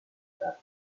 statt